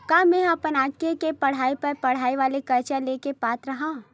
का मेंहा अपन आगे के पढई बर पढई वाले कर्जा ले के पात्र हव?